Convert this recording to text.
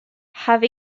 have